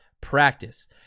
practice